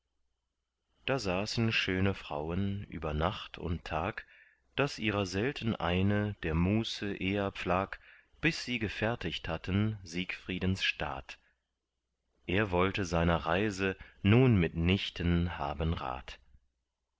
da saßen schöne frauen über nacht und tag daß ihrer selten eine der muße eher pflag bis sie gefertigt hatten siegfriedens staat er wollte seiner reise nun mit nichten haben rat